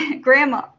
grandma